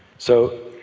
so,